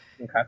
Okay